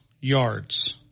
yards